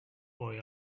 boy